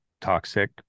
toxic